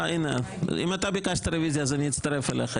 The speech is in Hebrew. אם אתה ביקשת רביזיה אז אני אצטרף אליך,